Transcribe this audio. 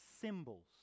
symbols